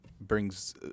brings